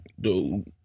Dude